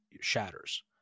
shatters